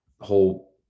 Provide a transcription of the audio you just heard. whole